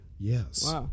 Yes